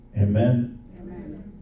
Amen